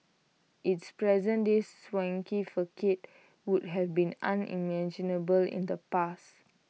its present day swanky facade would have been unimaginable in the past